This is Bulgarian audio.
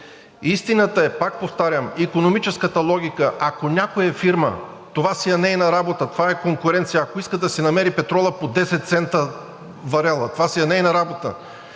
Истината е, пак повтарям, икономическата логика, ако някоя фирма – това си е нейна работа, това е конкуренция, ако иска да си намери петрола по 10 цента варела, това си е нейна работа,